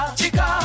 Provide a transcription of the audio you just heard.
chica